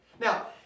now